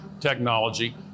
technology